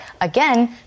again